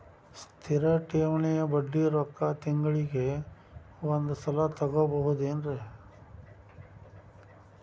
ಸ್ಥಿರ ಠೇವಣಿಯ ಬಡ್ಡಿ ರೊಕ್ಕ ತಿಂಗಳಿಗೆ ಒಂದು ಸಲ ತಗೊಬಹುದೆನ್ರಿ?